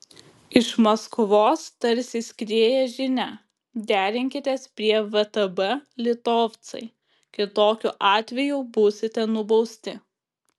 iš maskvos tarsi skrieja žinia derinkitės prie vtb litovcai kitokiu atveju būsite nubausti